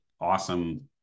awesome